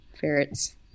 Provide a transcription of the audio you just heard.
ferrets